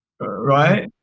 right